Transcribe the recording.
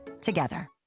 together